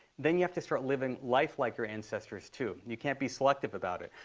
then you have to start living life like your ancestors, too. you can't be selective about it.